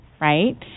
right